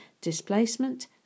displacement